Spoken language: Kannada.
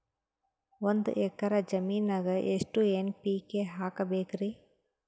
ಒಂದ್ ಎಕ್ಕರ ಜಮೀನಗ ಎಷ್ಟು ಎನ್.ಪಿ.ಕೆ ಹಾಕಬೇಕರಿ?